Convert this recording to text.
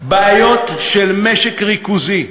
בעיות של משק ריכוזי,